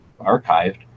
archived